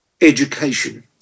education